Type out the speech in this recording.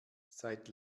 seit